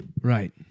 Right